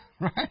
Right